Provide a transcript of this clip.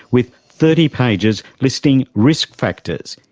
with thirty pages listing risk factors,